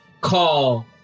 call